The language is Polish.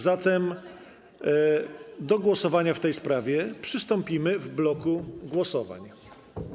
Zatem do głosowania w tej sprawie przystąpimy w bloku głosowań.